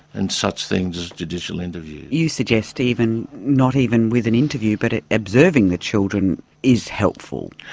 and such things as judicial interviews. you suggest even, not even with an interview but ah observing the children is helpful.